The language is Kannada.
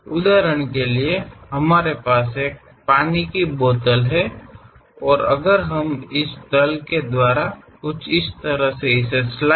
ಉದಾಹರಣೆಗೆ ನಮ್ಮಲ್ಲಿ ನೀರಿನ ಬಾಟಲ್ ಇದೆ ಮತ್ತು ನಾವು ಈ ಸಮತಲವನ್ನು ಹೊಂದಲು ಹೋದರೆ ಅದನ್ನು ತುಂಡು ಮಾಡಿ